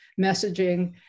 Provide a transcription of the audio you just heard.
messaging